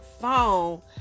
phone